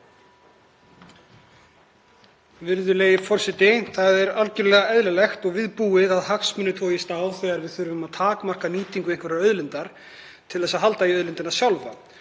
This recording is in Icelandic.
Virðulegi forseti. Það er algjörlega eðlilegt og viðbúið að hagsmunir togist á þegar við þurfum að takmarka nýtingu einhverrar auðlindar til að halda í auðlindina sjálfa.